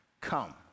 Come